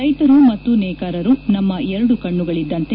ರೈತ ಮತ್ತು ನೇಕಾರ ನಮ್ನ ಎರಡು ಕಣ್ಣುಗಳಿದ್ದಂತೆ